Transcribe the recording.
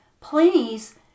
please